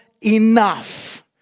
enough